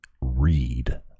read